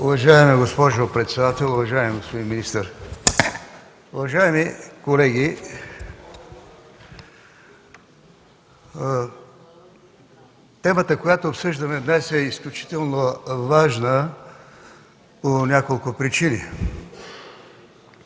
Уважаема госпожо председател, уважаеми господин министър, уважаеми колеги! Темата, която обсъждаме днес, е изключително важна по няколко причини.